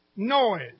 Noise